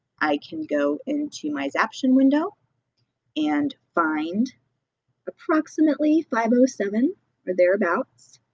i can go into my zaption window and find approximately five seven or thereabouts,